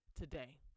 today